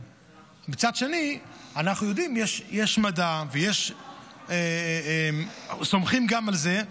מצד שני, אנחנו יודעים, יש מדע, סומכים גם על זה.